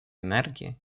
энергии